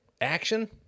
action